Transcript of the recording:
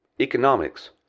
Economics